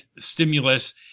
stimulus